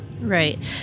Right